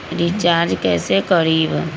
Recharge कैसे करीब?